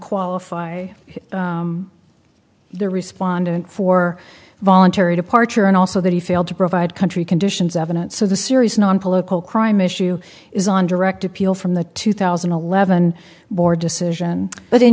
qualify the respondent for voluntary departure and also that he failed to provide country conditions evidence so the serious non political crime issue is on direct appeal from the two thousand and eleven board decision but in